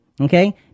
okay